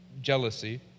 jealousy